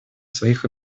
своих